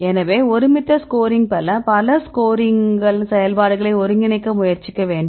எனவே ஒருமித்த ஸ்கோரிங் பெற பல ஸ்கோரிங் செயல்பாடுகளை ஒருங்கிணைக்க முயற்சிக்க வேண்டும்